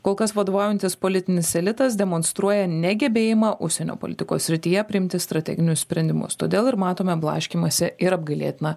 kol kas vadovaujantis politinis elitas demonstruoja negebėjimą užsienio politikos srityje priimti strateginius sprendimus todėl ir matome blaškymąsi ir apgailėtiną